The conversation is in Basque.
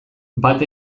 bat